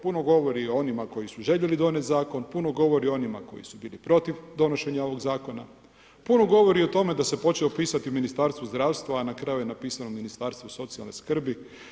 Puno govori i o onima koji su željeli donijeti zakon, puno govori o onima koji su bili protiv donošenja ovog zakona, puno govori o tome, da se počelo pisati Ministarstvu zdravstva, a na kraju je napisano ministarstvu socijalne skrbi.